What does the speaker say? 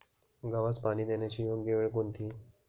गव्हास पाणी देण्याची योग्य वेळ कोणती?